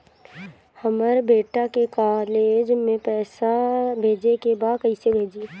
हमर बेटा के कॉलेज में पैसा भेजे के बा कइसे भेजी?